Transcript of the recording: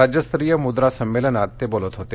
राज्यस्तरीय मुद्रा संमेलनात ते बोलत होते